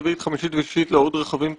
רביעית וחמישית לעוד רכבים פרטיים,